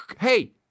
hey